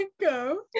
Go